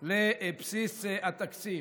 שקלים לבסיס התקציב.